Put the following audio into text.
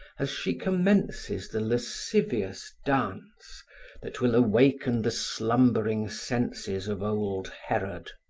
as she commences the lascivious dance that will awaken the slumbering senses of old herod.